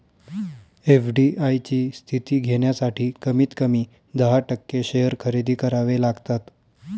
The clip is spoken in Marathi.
एफ.डी.आय ची स्थिती घेण्यासाठी कमीत कमी दहा टक्के शेअर खरेदी करावे लागतात